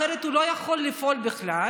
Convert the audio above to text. אחרת הוא לא יכול לפעול בכלל.